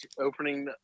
opening